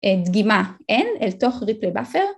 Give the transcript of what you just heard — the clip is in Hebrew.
דגימה n אל תוך ריפלי באפר